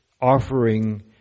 offering